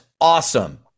Awesome